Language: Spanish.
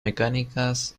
mecánicas